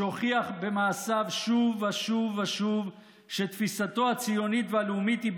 שהוכיח במעשיו שוב ושוב ושוב שתפיסתו הציונית והלאומית היא,